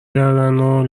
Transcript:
کردنو